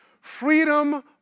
Freedom